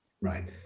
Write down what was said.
Right